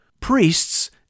Priests